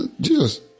Jesus